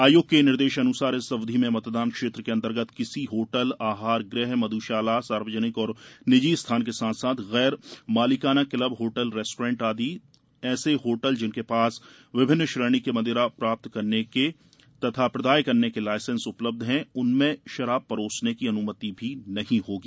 आयोग के निर्देशानुसार इस अवधि में मतदान क्षेत्र के अंतर्गत किसी होटल आहार गृह मध्शाला सार्वजनिक और निजी स्थान के साथ साथ गैर मालिकाना क्लब होटल रेस्टोरेन्ट आदि तथा ऐसे होटल जिनके पास विभिन्न श्रेणी के मदिरा प्राप्त करने तथा प्रदाय करने के लायसेंस उपलब्ध हैं उनमें शराब परोसने की अनुमति नहीं होगी